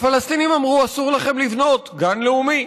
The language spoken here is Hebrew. לפלסטינים אמרו: אסור לכם לבנות, גן לאומי,